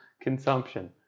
consumption